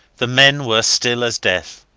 the men were still as death,